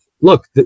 look